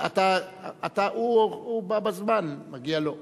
הוא בא בזמן, מגיע לו.